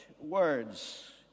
words